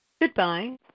Goodbye